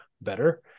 better